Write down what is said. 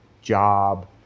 job